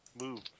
move